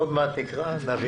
עוד מעט תקרא, נבין.